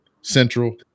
Central